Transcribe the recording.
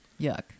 Yuck